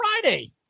Friday